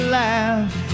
laugh